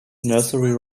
nursery